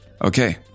Okay